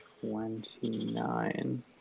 Twenty-nine